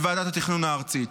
לוועדת התכנון הארצית,